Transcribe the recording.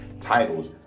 Titles